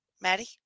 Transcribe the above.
Maddie